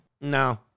No